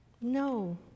No